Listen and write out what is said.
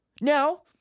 Now